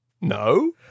No